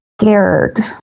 scared